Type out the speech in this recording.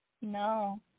No